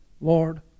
Lord